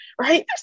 Right